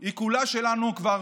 היא כולה שלנו כבר